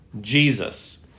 Jesus